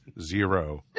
zero